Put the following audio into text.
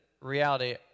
reality